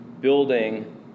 building